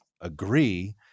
agree